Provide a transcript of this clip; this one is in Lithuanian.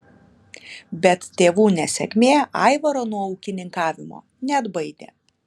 bet tėvų nesėkmė aivaro nuo ūkininkavimo neatbaidė